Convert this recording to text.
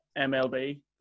MLB